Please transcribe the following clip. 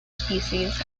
species